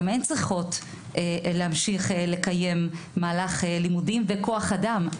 גם הן צריכות להמשיך לקיים מהלך לימודים וכוח אדם.